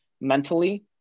mentally